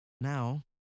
Now